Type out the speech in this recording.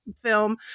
film